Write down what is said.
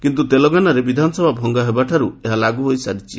କିନ୍ତୁ ତେଲଙ୍ଗାନାରେ ବିଧାନସଭା ଭଙ୍ଗ ହେବାଠାରୁ ଏହା ଲାଗୁ ହୋଇସାରିଛି